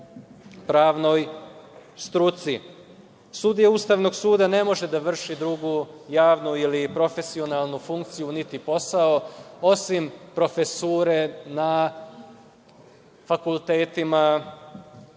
pravnoj struci. Sudija Ustavnog suda ne može da vrši drugu javnu ili profesionalnu funkciju niti posao, osim profesure na fakultetima, pravnim